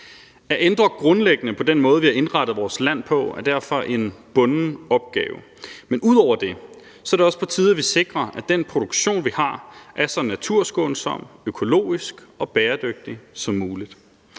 At ændre grundlæggende på den måde, vi har indrettet vores land på, er derfor en bunden opgave. Men ud over det er det også på tide, at vi sikrer, at den produktion, vi har, er så naturskånsom, økologisk og bæredygtig som muligt.